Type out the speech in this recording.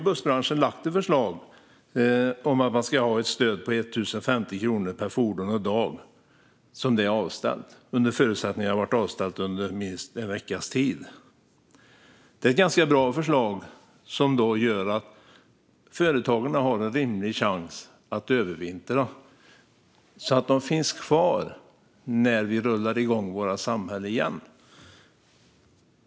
Bussbranschen har lagt fram ett förslag om ett stöd på 1 050 kronor per fordon och per dag som det är avställt, under förutsättning att det har varit avställt under minst en veckas tid. Det är ett ganska bra förslag som gör att företagarna har en rimlig chans att övervintra så att de finns kvar när vi rullar igång vårt samhälle igen.